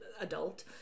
adult